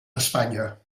espanya